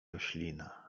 roślina